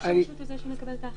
ראש הרשות הוא זה שמקבל את ההחלטה.